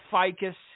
ficus